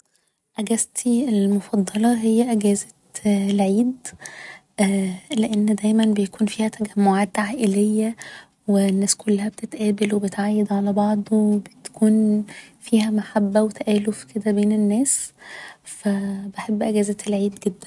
أجازتي المفضلة هي اجازة العيد لان دايما بيكون فيها تجمعات عائلية و الناس كلها بتتقابل و بتعيد على بعض و بتكون فيها محبة و تآلف كده بين الناس فبحب اجازات العيد جدا